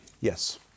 Yes